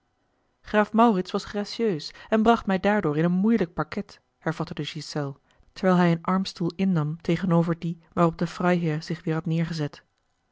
graaf maurits was gracieus en bracht mij daardoor in een moeilijk parket hervatte de ghiselles terwijl hij een armstoel innam tegenover dien waarop de freiherr zich weêr had neêrgezet